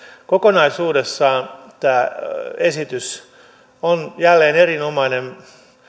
kokonaisuudessaan tämä esitys on jälleen erinomainen